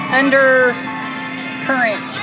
undercurrent